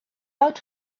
out